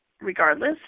regardless